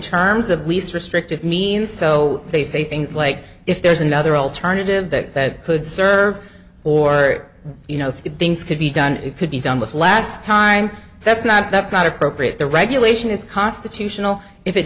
terms of least restrictive means so they say things like if there's another alternative that could serve or you know three things could be done it could be done with last time that's not that's not appropriate the regulation is constitutional if it